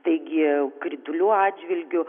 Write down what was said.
taigi kritulių atžvilgiu